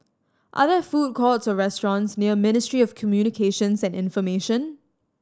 are there food courts or restaurants near Ministry of Communications and Information